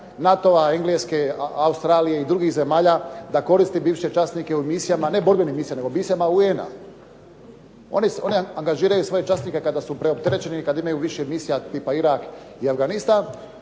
NATO-va, Engleske, Australije i drugih zemalja da koristi bivše časnike u misijama ne borbenim misijama, nego misijama UN-a. One angažiraju svoje časnike kada su preopterećeni i kada imaju više misija tipa Irak i Afganistan,